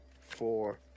four